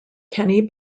kenny